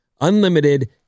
unlimited